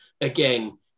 again